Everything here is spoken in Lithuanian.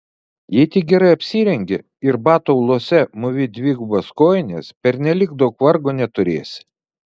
jei tik gerai apsirengi ir batų auluose mūvi dvigubas kojines pernelyg daug vargo neturėsi